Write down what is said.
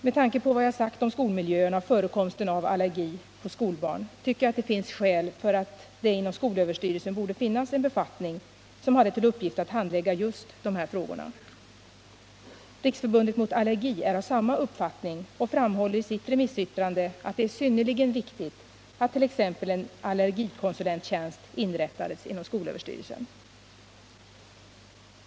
Med tanke på vad jag sagt om skolmiljöerna och förekomsten av allergi hos skolbarn tycker jag, att det finns skäl för att det inom skolöverstyrelsen borde finnas en befattning som hade till uppgift att handlägga just de här frågorna. Riksförbundet mot allergi är av samma uppfattning och framhåller i sitt remissyttrande, att det är synnerligen viktigt att t.ex. en allergikonsulenttjänst inrättas inom skolöverstyrelsen.